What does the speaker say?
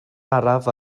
araf